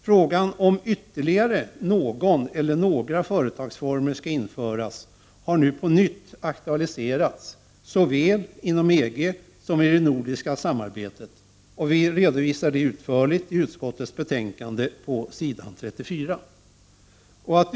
Frågan om ytterligare någon eller några företagsformer skall införas har nu på nytt aktualiserats såväl inom EG som i det nordiska samarbetet, vilket redovisas utförligt i utskottsbetänkandet på s. 34.